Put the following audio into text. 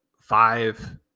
five